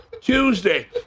Tuesday